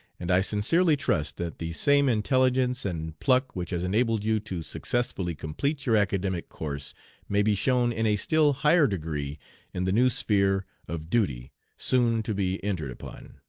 and i sincerely trust that the same intelligence and pluck which has enabled you to successfully complete your academic course may be shown in a still higher degree in the new sphere of duty soon to be entered upon.